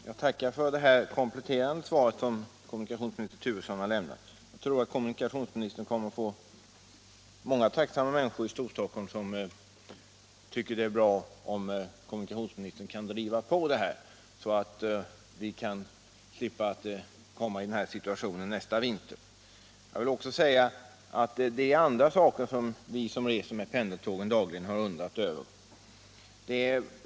Herr talman! Jag vill tacka för det här kompletterande svaret som kommunikationsminister Turesson har lämnat. Jag tror att många tacksamma människor i Storstockholm tycker det är bra om kommunikationsministern kan driva på detta arbete, så att vi slipper komma i den här situationen nästa vinter. Det är också andra saker som vi som reser med pendeltågen dagligen har undrat över.